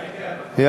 כן, כן, נכון.